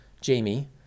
Jamie